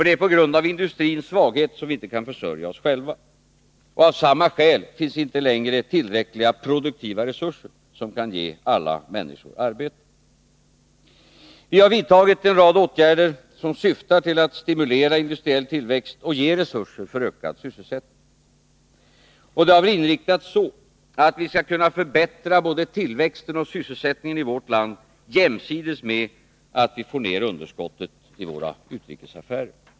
Det är på grund av industrins svaghet som vi inte kan försörja oss själva. Av samma skäl finns det inte längre tillräckliga produktiva resurser som kan ge alla människor arbete. Vi har vidtagit en rad åtgärder som syftar till att stimulera industriell tillväxt och ge resurser för ökad sysselsättning. Dem har vi inriktat så, att vi skall kunna förbättra både tillväxten och sysselsättningen i vårt land jämsides med att vi får ned underskottet i våra utrikesaffärer.